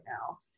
now